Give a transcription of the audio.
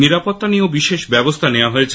নিরাপত্তা নিয়েও বিশেষ ব্যবস্হা নেওয়া হয়েছে